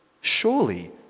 Surely